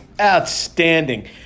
Outstanding